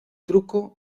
truco